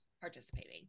participating